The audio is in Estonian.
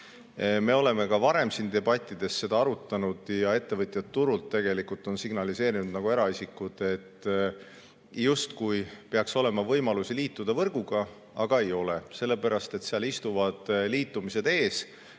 Me oleme ka varem siin debattides seda arutanud. Ettevõtjad on turult signaliseerinud nagu ka eraisikud, et justkui peaks olema võimalus liituda võrguga, aga ei ole, sellepärast et seal istuvad ees liitumised,